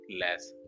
less